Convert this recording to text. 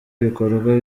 ibikorwa